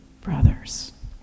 brothers